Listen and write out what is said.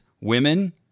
women